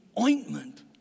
ointment